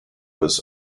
was